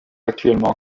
actuellement